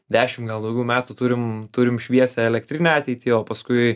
dešim gal daugiau metų turim turim šviesią elektrinę ateitį o paskui